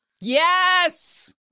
Yes